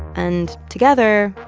and together,